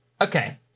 Okay